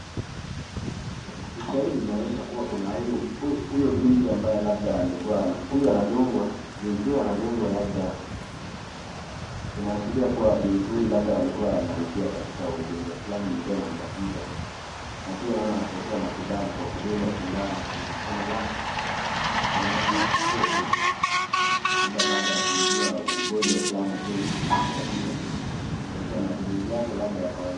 Picha hili linaonyesha kua kuna huyu, huyo binti ambaye labda alikua, huyo anadungwa, binti huyo anadungwa labda inaashiria kua binti labda huyo alikua anauugua katika ugonjwa fulani ilikua inamtatiza napia naona anapokea matibabu kwa kudungwa sindano kwenye mkono lake mkono wake wakushoto labda baada yakuugua ugonjwa fulani tu wakutatiza nasasa matumizi yake labda ya kawaida.